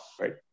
right